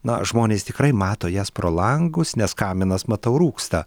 na žmonės tikrai mato jas pro langus nes kaminas matau rūksta